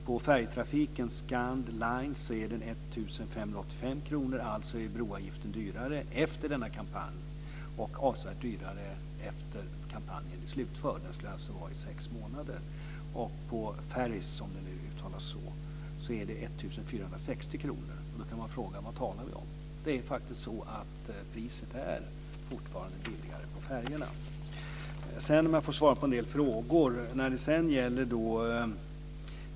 På färjetrafiken Scand Line är priset 1 585 kr. Broavgiften är alltså högre efter denna kampanj och avsevärt högre efter det att kampanjen slutförts - kampanjen skulle vara i sex månader. På Ferries, som det nu heter, är avgiften 1 460 kr. Då kan man undra vad vi talar om. Fortfarande är priset faktiskt lägre på färjorna.